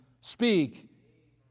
speak